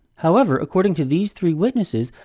however, according to these three witnesses,